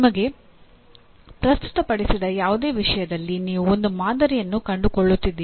ನಿಮಗೆ ಪ್ರಸ್ತುತಪಡಿಸಿದ ಯಾವುದೇ ವಿಷಯದಲ್ಲಿ ನೀವು ಒಂದು ಮಾದರಿಯನ್ನು ಕಂಡುಕೊಳ್ಳುತ್ತಿದ್ದೀರಿ